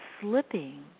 slipping